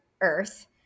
earth